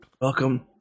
Welcome